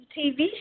TV